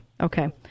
Okay